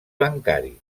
bancari